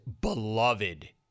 beloved